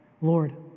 Lord